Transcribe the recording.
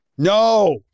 No